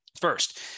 first